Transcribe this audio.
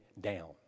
down